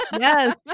Yes